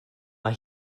mae